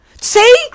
see